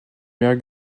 mère